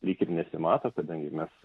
lyg ir nesimato kadangi mes